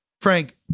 Frank